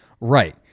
Right